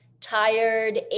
tired